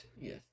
Yes